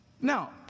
Now